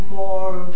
more